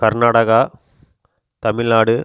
Karnataka Tamil Nadu